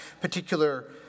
particular